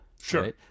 Sure